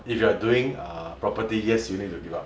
if you're doing err property yes you need to give up